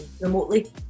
remotely